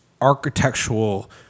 architectural